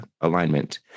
alignment